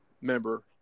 member